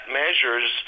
measures